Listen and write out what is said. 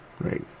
Right